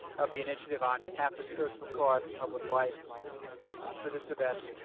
of the initiative on catholic social thought and public life for this event,